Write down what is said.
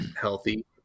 healthy